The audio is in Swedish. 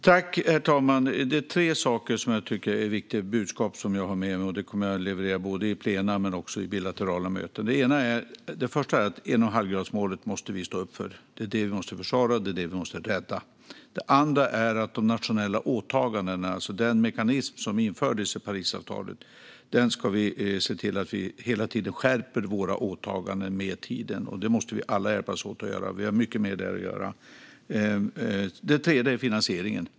Herr talman! Det är tre saker som jag tycker är viktiga i det budskap som jag har med mig. Jag kommer att leverera det både i plenum och vid bilaterala möten. Det första är att vi måste stå upp för 1,5-gradersmålet. Det är det vi måste försvara och rädda. Det andra gäller de nationella åtagandena, alltså den mekanism som infördes i Parisavtalet. Där ska vi se till att vi hela tiden skärper våra åtaganden med tiden; det måste vi alla hjälpas åt att göra. Där har vi mycket mer att göra. Det tredje är finansieringen.